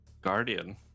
guardian